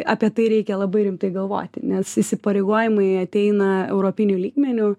apie tai reikia labai rimtai galvoti nes įsipareigojimai ateina europiniu lygmeniu